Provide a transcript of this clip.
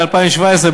ל-2017,